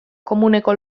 komuneko